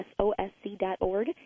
SOSC.org